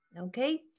Okay